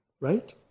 Right